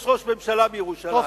יש ראש ממשלה בירושלים.